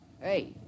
Hey